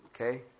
Okay